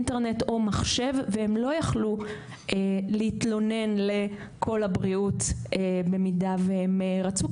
אינטרנט או מחשב והם לא יכלו להתלונן ל"קול הבריאות" במידה והם רצו,